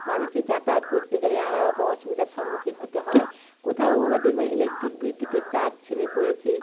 মানুষের যাতায়াত করতে গেলে নানা রকম অসুবিধার সম্মুখীন হতে হয় কোথাও আবার দেখবেন ইলেকট্রিক বিদ্যুতের তার ছিঁড়ে পড়েছে